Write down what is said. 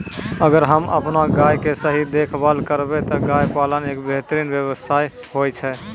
अगर हमॅ आपनो गाय के सही देखभाल करबै त गाय पालन एक बेहतरीन व्यवसाय होय छै